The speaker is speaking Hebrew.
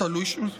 התשפ"ג 2022,